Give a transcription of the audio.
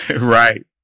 Right